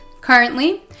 currently